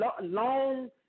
long